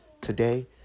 Today